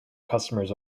customers